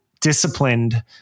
disciplined